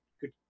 good